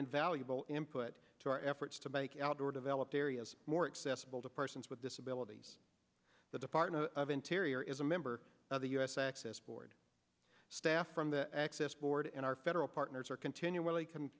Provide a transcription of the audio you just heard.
invaluable input to our efforts to make outdoor developed areas more accessible to persons with disabilities the department of interior is a member of the u s access board staff from the access board and our federal partners are continually c